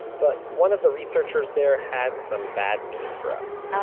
but one of the researchers there had some bad news for us ahhh,